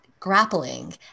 grappling